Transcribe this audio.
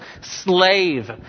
slave